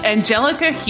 Angelica